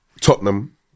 Tottenham